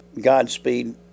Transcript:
Godspeed